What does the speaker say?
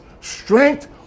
strength